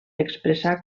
expressar